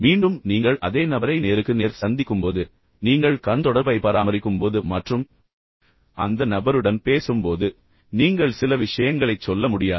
மீண்டும் நீங்கள் அதே நபரை நேருக்கு நேர் சந்திக்கும் போது நீங்கள் கண் தொடர்பை பராமரிக்கும் போது மற்றும் அந்த நபருடன் பேசும் போது நீங்கள் சில விஷயங்களைச் சொல்ல முடியாது